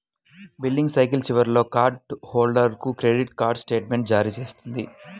billing cycle చివరిలో card హోల్డర్కు credit card స్టేట్మెంట్ను జారీ చేస్తుంది